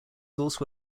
also